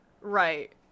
Right